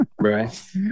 Right